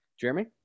jeremy